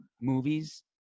movies